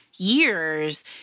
years